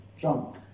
drunk